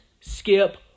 skip